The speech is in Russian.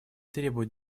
требует